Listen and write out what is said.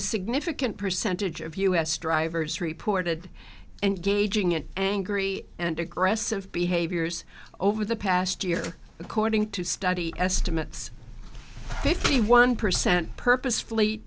significant percentage of us drivers reported and gauging an angry and aggressive behaviors over the past year according to study estimates fifty one percent purposefully